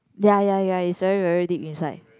ya ya ya is very very deep inside